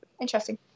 Interesting